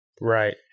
Right